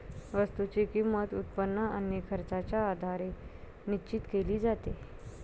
वस्तूची किंमत, उत्पन्न आणि खर्चाच्या आधारे निश्चित केली जाते